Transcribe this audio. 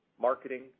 marketing